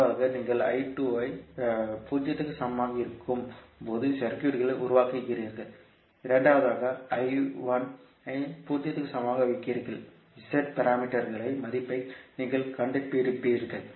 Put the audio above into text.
முதலாவதாக நீங்கள் I2 ஐ 0 க்கு சமமாக இருக்கும் போது சர்க்யூட்களை உருவாக்குகிறீர்கள் இரண்டாவதாக I1 ஐ 0 க்கு சமமாக வைக்கிறீர்கள் Z பாராமீட்டர்களின் மதிப்பை நீங்கள் கண்டுபிடிப்பீர்கள்